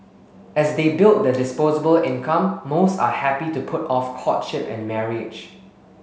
as they build their disposable income most are happy to put off courtship and marriage